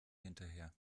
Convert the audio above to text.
hinterher